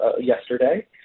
yesterday